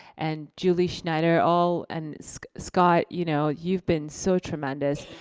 and julie schneider, all and so scott, you know you've been so tremendous.